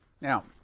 now